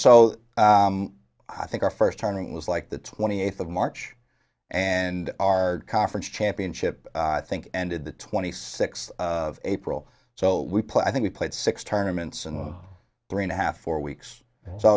so i think our first turning was like the twenty eighth of march and our conference championship i think ended the twenty six april so we play i think we played six tournaments and three and a half four weeks so